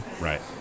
Right